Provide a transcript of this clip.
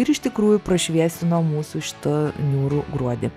ir iš tikrųjų pašviesino mūsų šitą niūrų gruodį